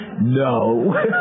No